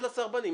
לסרבנים.